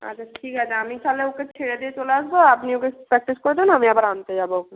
আচ্ছা ঠিক আছে আমি তাহলে ওকে ছেড়ে দিয়ে চলে আসবো আপনি ওকে প্র্যাকটিস করাবেন আমি আবার আনতে যাবো ওকে